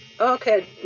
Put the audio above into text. Okay